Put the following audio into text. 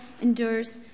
endures